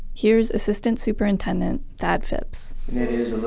here's assistant superintendent thad phipps it is